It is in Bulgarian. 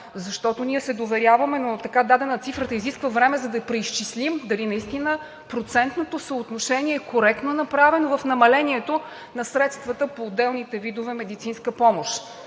Защото ние се доверяваме, но така дадена, цифрата изисква време, за да я преизчислим – дали наистина процентното съотношение е коректно направено в намалението на средствата по отделните видове медицинска помощ.